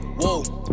whoa